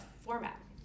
format